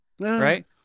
right